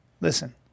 Listen